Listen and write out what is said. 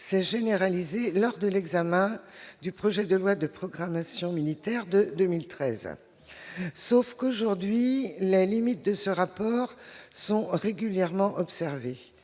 s'est généralisée lors de l'examen du projet de loi de programmation militaire de 2013. Cependant, aujourd'hui, les limites du rapport sont régulièrement observées.